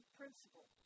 principle